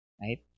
right